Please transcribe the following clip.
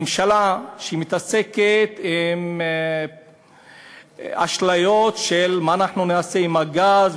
ממשלה שמתעסקת עם אשליות של מה אנחנו נעשה עם הגז,